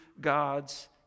God's